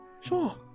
Sure